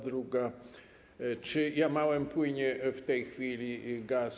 Druga - czy Jamałem płynie w tej chwili gaz?